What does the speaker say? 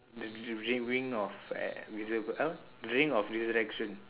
the the ring ring of eh wizard~ uh ring of resurrection